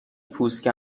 پوست